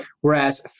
whereas